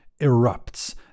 erupts